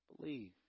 believe